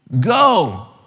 go